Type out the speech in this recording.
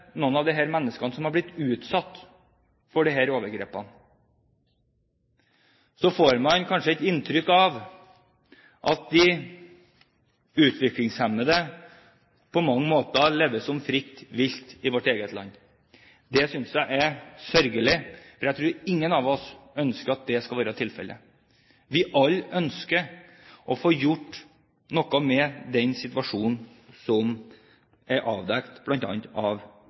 har blitt utsatt for disse overgrepene, får man nesten et inntrykk av at de utviklingshemmede på mange måter lever som fritt vilt i vårt eget land. Det synes jeg er sørgelig, for jeg tror ingen av oss ønsker at det skal være tilfellet. Vi ønsker alle å få gjort noe med den situasjonen som er avdekket bl.a. av